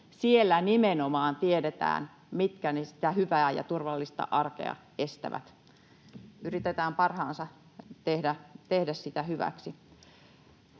Siellä nimenomaan tiedetään, mitkä sitä hyvää ja turvallista arkea estävät, yritetään parhaamme mukaan tehdä sitä hyväksi.